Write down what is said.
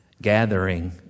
Gathering